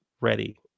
ready